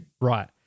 Right